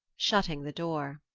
shutting the door.